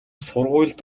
сургуульд